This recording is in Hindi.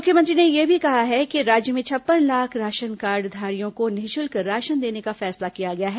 मुख्यमंत्री ने यह भी कहा कि राज्य में छप्पन लाख राशन कार्डधारियों को निःशुल्क राशन देने का फैसला किया गया है